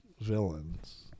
villains